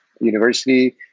university